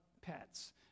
pets